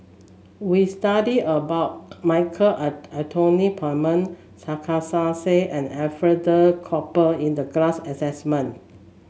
we studied about Michael Anthony Palmer Sarkasi Said and Alfred Duff Cooper in the class assessment